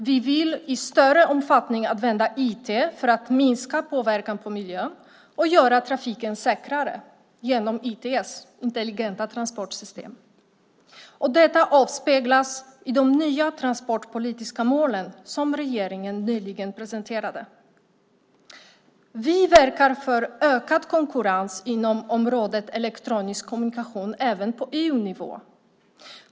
Vi vill i större omfattning använda IT för att minska påverkan på miljön och göra trafiken säkrare genom ITS, intelligenta transportsystem. Detta avspeglas i de nya transportpolitiska målen, som regeringen nyligen presenterade. Vi verkar för ökad konkurrens inom området elektronisk kommunikation även på EU-nivå.